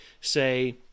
say –